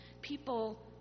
people